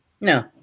no